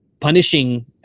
punishing